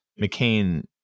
McCain